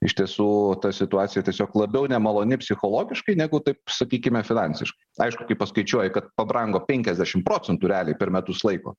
iš tiesų ta situacija tiesiog labiau nemaloni psichologiškai negu taip sakykime finansiškai aišku kai paskaičiuoji kad pabrango penkiasdešim procentų realiai per metus laiko